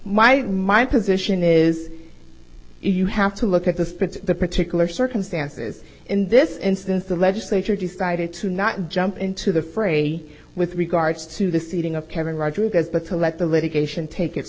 my my position is you have to look at the sprits the particular circumstances in this instance the legislature decided to not jump into the fray with regards to the seating of kevin roger because but to let the litigation take its